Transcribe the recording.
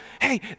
hey